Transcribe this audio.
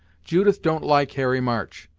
judith don't like harry march,